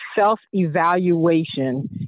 self-evaluation